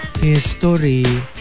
History